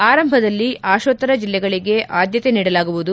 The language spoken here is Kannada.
ಆರಂಭದಲ್ಲಿ ಆಶೋತ್ತರ ಜಿಲ್ಲೆಗಳಿಗೆ ಆಧ್ಯತೆ ನೀಡಲಾಗುವುದು